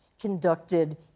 conducted